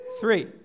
Three